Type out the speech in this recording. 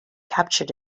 captured